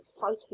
fighting